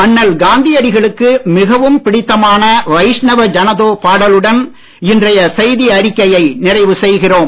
அண்ணல் காந்தியடிகளுக்கு மிகவும் பிடித்தமான வைஷ்ணவ ஜனதோ பாடலுடன் இன்றைய செய்தி அறிக்கையை நிறைவு செய்கிறோம்